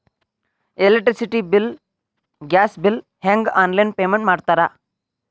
electricity bill gas bill ಹೆಂಗ online payment ಮಾಡ್ತಾರಾ